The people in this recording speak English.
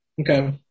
Okay